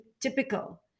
typical